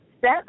set